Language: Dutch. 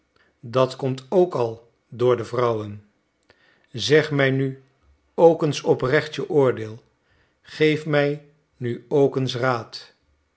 dat komt ook al door de vrouwen zeg mij nu ook eens oprecht je oordeel geef mij nu ook eens raad